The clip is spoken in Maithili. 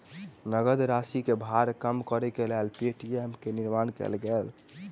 नकद राशि के भार कम करैक लेल पे.टी.एम के निर्माण कयल गेल छल